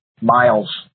Miles